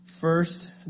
First